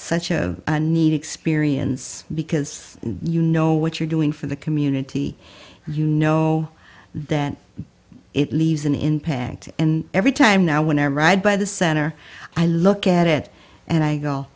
such a neat experience because you know what you're doing for the community you know that it leaves an impact and every time now when i am right by the center i look at it and i go